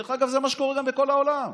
דרך אגב, זה מה שקורה גם בכל העולם,